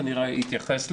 הוא כנראה יתייחס לזה.